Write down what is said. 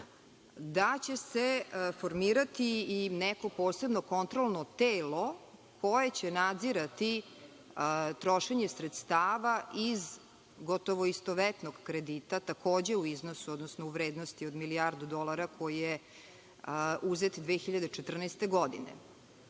da će se formirati i neko posebno kontrolno telo koje će nadzirati trošenje sredstava iz gotovo istovetnog kredita takođe u vrednosti od milijardu dolara koji je uzet 2014. godine. Mi